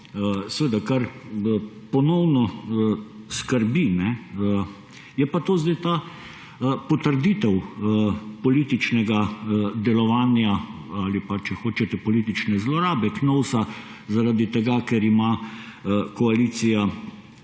Tisto, kar je ponovno skrb vzbujajoče, je pa zdaj ta potrditev političnega delovanja ali pa, če hočete, politične zlorabe Knovsa zaradi tega, ker ima koalicija